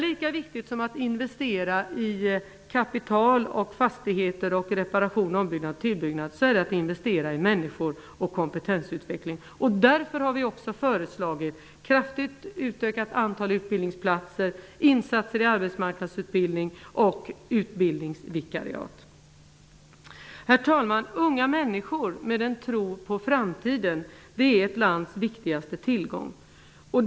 Lika viktigt som att investera kapital i fastigheter och ombyggnad och tillbyggnad är det att investera i människor och kompetensutveckling. Därför har vi också föreslagit kraftigt utökat antal utbildningsplatser, insatser i arbetsmarknadsutbildning och utbildningsvikariat. Herr talman! Unga människor med en tro på framtiden är ett lands viktigaste tillgång.